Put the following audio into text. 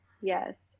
Yes